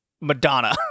Madonna